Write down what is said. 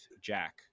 Jack